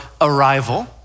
arrival